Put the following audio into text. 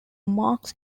mass